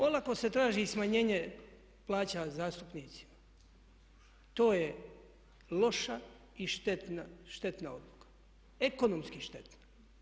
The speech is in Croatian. Olako se traži smanjenje plaća zastupnicima, to je loša i štetna odluka, ekonomski štetna.